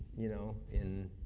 you know, in,